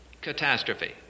catastrophe